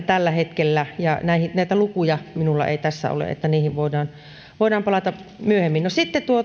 tällä hetkellä näitä lukuja minulla ei tässä ole niihin voidaan voidaan palata myöhemmin sitten